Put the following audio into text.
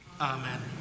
amen